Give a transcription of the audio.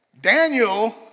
Daniel